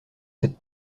cette